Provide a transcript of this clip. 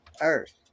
Earth